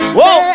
Whoa